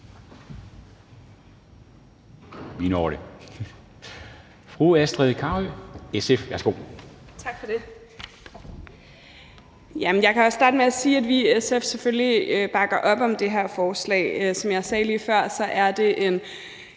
(Ordfører) Astrid Carøe (SF): Tak for det. Jeg kan også starte med at sige, at vi i SF selvfølgelig bakker op om det her forslag. Som jeg sagde lige før, er det en